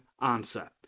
answer